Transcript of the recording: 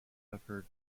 suffered